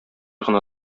гына